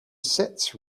sits